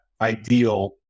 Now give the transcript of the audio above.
ideal